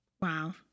Wow